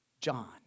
John